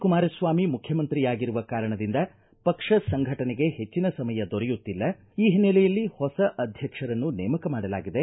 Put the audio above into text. ಕುಮಾರಸ್ವಾಮಿ ಮುಖ್ಯಮಂತ್ರಿಯಾಗಿರುವ ಕಾರಣದಿಂದ ಪಕ್ಷ ಸಂಘಟನೆಗೆ ಹೆಚ್ಚಿನ ಸಮಯ ದೊರೆಯುತ್ತಿಲ್ಲ ಈ ಹಿನ್ನೆಲೆಯಲ್ಲಿ ಹೊಸ ಅಧ್ಯಕ್ಷರನ್ನು ನೇಮಕ ಮಾಡಲಾಗಿದೆ